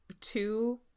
two